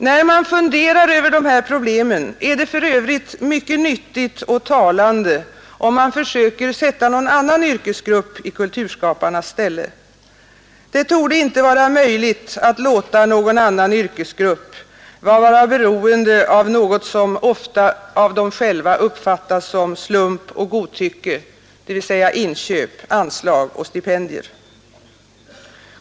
När man funderar över dessa problem är det för övrigt mycket nyttigt och talande om man försöker sätta någon annan yrkesgrupp i kulturskaparnas ställe; det torde inte vara möjligt att låta någon annan yrkesgrupp vara beroende av något som av dem själva ofta uppfattas som slump och godtycke, dvs. inköp, anslag och stipendier.